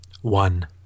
One